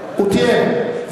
הוא תיאם.